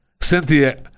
Cynthia